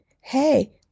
hey